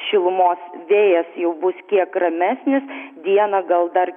šilumos vėjas jau bus kiek ramesnis dieną gal dar